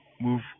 move